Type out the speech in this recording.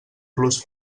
plus